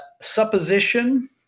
supposition